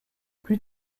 plus